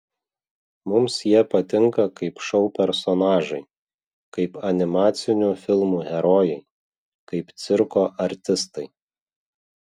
mums jie patinka kaip šou personažai kaip animacinių filmų herojai kaip cirko artistai